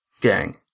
gang